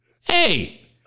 hey